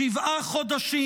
שבעה חודשים,